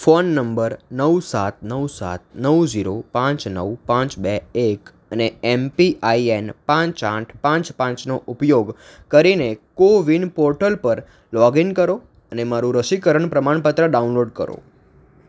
phone number નવ સાત નવ સાત નવ ઝીરો પાંચ નવ પાંચ બે એક અને એમ પીઆઇએન પાંચ આઠ પાંચ પાંચનો ઉપયોગ કરીને કો વિન પોર્ટલ પર લોગઇન કરો અને મારું રસીકરણ પ્રમાણપત્ર ડાઉનલોડ કરો